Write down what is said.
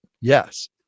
Yes